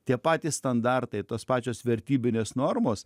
tie patys standartai tos pačios vertybinės normos